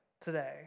today